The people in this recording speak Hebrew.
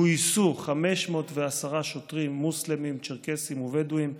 גויסו 510 שוטרים מוסלמים, צ'רקסים ובדואים,